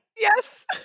Yes